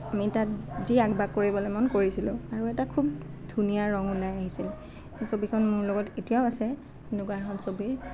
আমি তাত যি আঁক বাক কৰিবলৈ মন কৰিছিলোঁ আৰু এটা খুব ধুনীয়া ৰং ওলাই আহিছিল সেই ছবিখন মোৰ লগত এতিয়াও আছে তেনেকুৱা এখন ছবি